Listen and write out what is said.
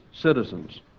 citizens